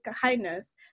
kindness